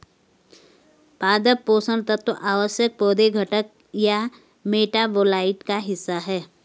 पादप पोषण तत्व आवश्यक पौधे घटक या मेटाबोलाइट का हिस्सा है